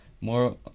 More